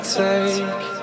take